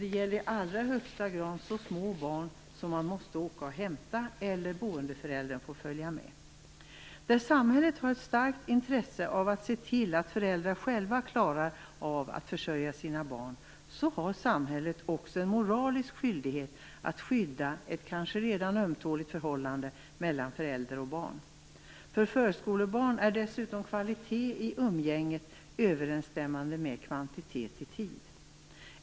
Detta gäller i allra högsta grad barn som är så små att de måste antingen hämtas eller åtföljas av boendeföräldern. Där samhället har ett starkt intresse av att se till att föräldrar själva klarar av att försörja sina barn har samhället också en moralisk skyldighet att skydda ett kanske redan ömtåligt förhållande mellan förälder och barn. För förskolebarn är dessutom kvalitet i umgänget överensstämmande med kvantitet i tid.